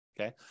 okay